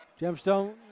Gemstone